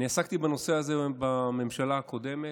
אני עסקתי בנושא הזה בממשלה הקודמת.